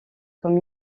comme